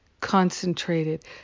concentrated